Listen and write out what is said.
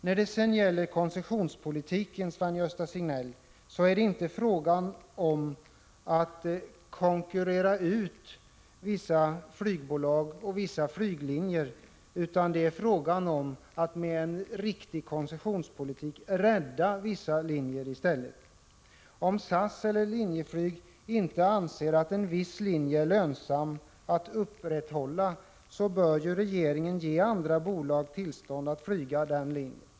När det sedan gäller koncessionspolitiken, Sven-Gösta Signell, är det inte fråga om att konkurrera ut vissa flygbolag och vissa flyglinjer, utan det är fråga om att med en riktig koncessionspolitik rädda vissa linjer i stället. Om SAS eller Linjeflyg inte anser att en viss linje är lönsam att upprätthålla, bör regeringen ge andra bolag tillstånd att flyga den linjen.